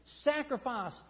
Sacrifice